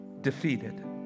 defeated